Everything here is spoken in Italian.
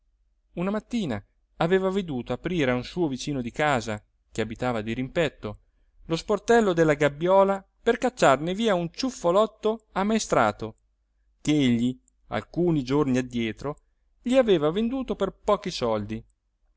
una mattina aveva veduto aprire a un suo vicino di casa che abitava dirimpetto lo sportello della gabbiola per cacciarne via un ciuffolotto ammaestrato ch'egli alcuni giorni addietro gli aveva venduto per pochi soldi